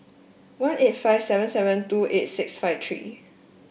one eight five seven seven two eight six five three